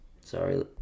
sorry